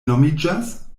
nomiĝas